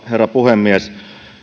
herra puhemies